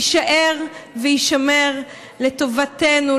יישאר ויישמר לטובתנו,